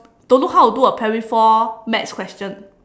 don't know how to do a primary four maths question